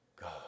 God